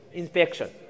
inspection